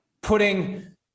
putting